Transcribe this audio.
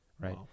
Right